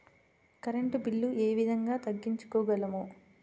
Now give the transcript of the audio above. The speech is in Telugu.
కరెంట్ బిల్లు ఏ విధంగా తగ్గించుకోగలము?